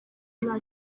nta